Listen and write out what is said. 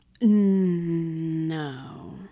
No